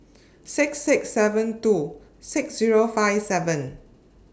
six six seven two six Zero five seven